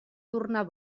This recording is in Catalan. tornar